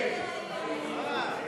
עשר דקות.